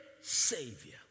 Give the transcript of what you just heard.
savior